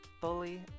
Fully